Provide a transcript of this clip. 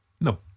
No